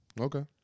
okay